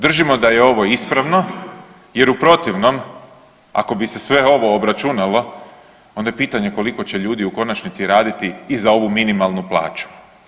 Držimo da je ovo ispravno jer u protivnom, ako bi se sve ovo obračunalo, onda je pitanje koliko će ljudi u konačnici raditi i za ovu minimalnu plaću.